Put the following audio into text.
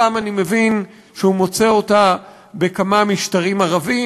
הפעם אני מבין שהוא מוצא אותה בכמה משטרים ערביים,